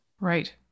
Right